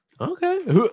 Okay